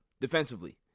defensively